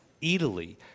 Italy